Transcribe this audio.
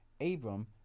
Abram